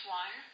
one